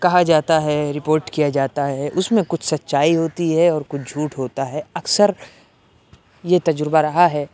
کہا جاتا ہے رپوٹ کیا جاتا ہے اس میں کچھ سچائی ہوتی ہے اور کچھ جھوٹ ہوتا ہے اکثر یہ تجربہ رہا ہے